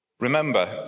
Remember